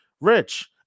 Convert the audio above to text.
Rich